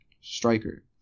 striker